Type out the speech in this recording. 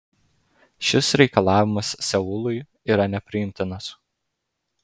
šis reikalavimas seului yra nepriimtinas